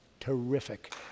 Terrific